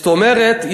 זאת אומרת,